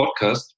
podcast